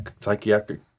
psychiatric